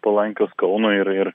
palankios kaunui ir ir